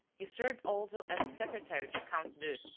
he served also as secretary to count d'eu,